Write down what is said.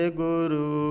guru